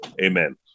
Amen